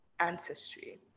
ancestry